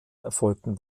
erfolgten